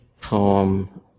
poem